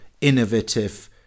innovative